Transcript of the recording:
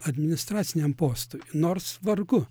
administraciniam postui nors vargu